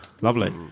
Lovely